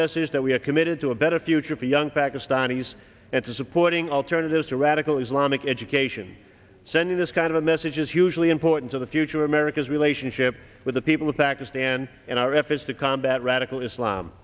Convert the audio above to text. message that we are committed to a better future for young pakistanis and supporting alternatives to radical islamic education sending this kind of message is hugely important to the future america's relationship with the people of pakistan and our efforts to combat radical islam